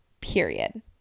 Period